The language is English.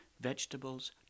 vegetables